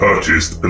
Purchased